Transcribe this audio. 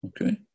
Okay